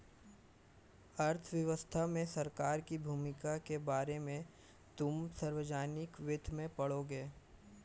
अर्थव्यवस्था में सरकार की भूमिका के बारे में तुम सार्वजनिक वित्त में पढ़ोगे